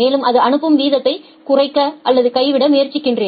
மேலும் அது அனுப்பும் வீதத்தைக் குறைக்க அல்லது கைவிட முயற்சிக்கிறது